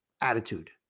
attitude